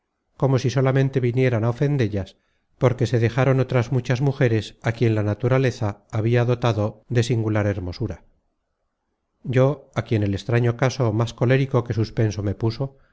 como si solamente vinieran á ofendellas porque se dejaron otras muchas mujeres á quien la naturaleza habia dotado de singular hermosura content from google book search generated at yo á quien el extraño caso más colérico que suspenso me puso